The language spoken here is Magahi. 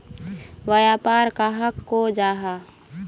व्यापार कहाक को जाहा?